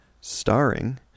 starring